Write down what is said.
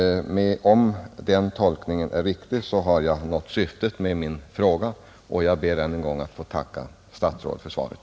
Om den tolkningen är riktig så har jag nått syftet med min fråga, och jag ber en än gång att få tacka statsrådet för svaret.